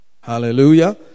Hallelujah